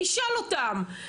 ישאל אותם,